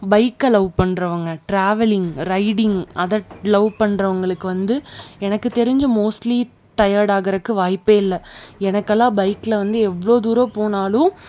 பைக்கை லவ் பண்றவங்க travelling riding அதை லவ் பண்றவங்களுக்கு வந்து எனக்கு தெரிஞ்சு மோஸ்ட்லி டயர்ட் ஆகறதுக்கு வாய்ப்பே இல்லை எனக்கெல்லாம் பைக்கில் வந்து எவ்வளோ தூரம் போனாலும்